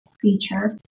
feature